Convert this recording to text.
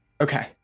Okay